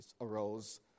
arose